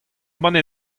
banne